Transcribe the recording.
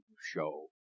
show